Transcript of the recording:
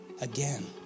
again